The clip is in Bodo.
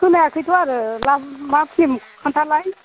खोनायाखैथ' आरो ला मा फ्लिम खोन्थालाय